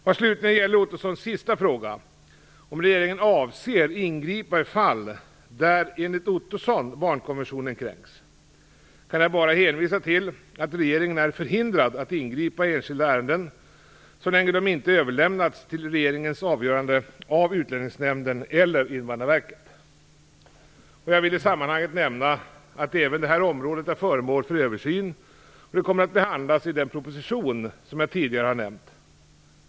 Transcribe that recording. Vad slutligen gäller Roy Ottossons sista fråga, om regeringen avser att ingripa i fall där - enligt Roy Ottosson - barnkonventionen kränks kan jag bara hänvisa till att regeringen är förhindrad att ingripa i enskilda ärenden så länge de inte överlämnats till regeringens avgörande av Utlänningsnämnden eller Jag vill i sammanhanget nämna att även det här området är föremål för översyn och det kommer att behandlas i den proposition jag tidigare nämnt.